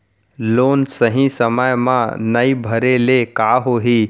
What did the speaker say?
Loan सही समय मा नई भरे ले का होही?